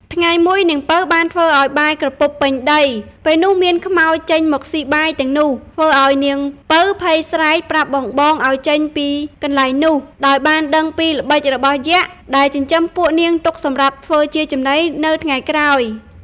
ថ្ងៃមួយនាងពៅបានធ្វើឲ្យបាយក្រពប់ពេញដី ពេលនោះមានខ្មោចចេញមកស៊ីបាយទាំងនោះ ធ្វើឲ្យនាងពៅភ័យស្រែកប្រាប់បងៗឲ្យចេញពីកន្លែងនោះ ដោយបានដឹងពីល្បិចរបស់យក្ខ ដែលចិញ្ចឹមពួកនាងទុកសម្រាប់ធ្វើជាចំណីនៅថ្ងៃក្រោយ។